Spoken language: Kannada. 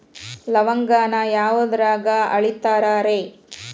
ಲವಂಗಾನ ಯಾವುದ್ರಾಗ ಅಳಿತಾರ್ ರೇ?